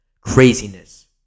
Craziness